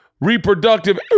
reproductive